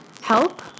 help